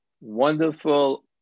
wonderful